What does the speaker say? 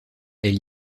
elle